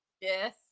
Yes